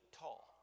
tall